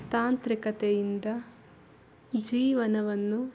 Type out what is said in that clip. ತಾಂತ್ರಿಕತೆಯಿಂದ ಜೀವನವನ್ನು